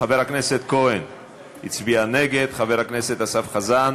חבר הכנסת כהן הצביע נגד, חבר הכנסת אסף חזן